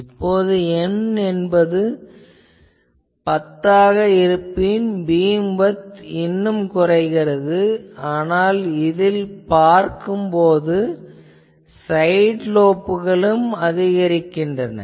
இப்போது N என்பது 10 ஆக இருப்பின் பீம்விட்த் இன்னும் குறைகிறது ஆனால் இதில் பார்க்கும் போது சைட் லோப்களும் அதிகரிக்கின்றன